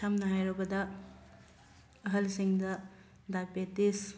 ꯁꯝꯅ ꯍꯥꯏꯔꯕꯗ ꯑꯍꯜꯁꯤꯡꯗ ꯗꯥꯏꯕꯦꯇꯤꯁ